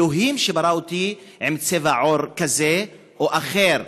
אלוהים שברא אותי עם צבע עור כזה או אחר.